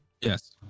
yes